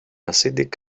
acidic